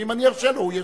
ואם אני ארשה לו הוא ישיב.